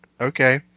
Okay